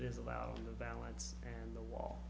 is allowed in the balance and the wall